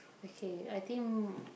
okay I think